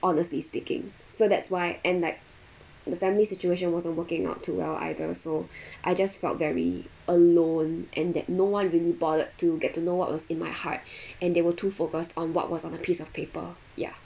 honestly speaking so that's why and like the family situation wasn't working out too well either so I just felt very alone and that no one really bothered to get to know what was in my heart and they were too focused on what was on a piece of paper ya